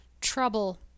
trouble